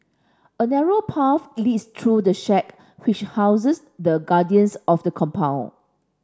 a narrow path leads through the shack which houses the guardians of the compound